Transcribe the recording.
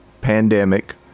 pandemic